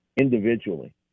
individually